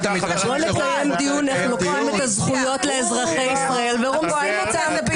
בואו נקיים דיון איך לוקחים את הזכויות לאזרחי ישראל ורומסים אותן.